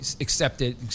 accepted